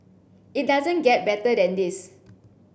it doesn't get better than this